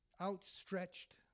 outstretched